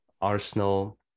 Arsenal